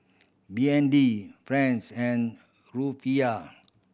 B N D Franc and Rufiyaa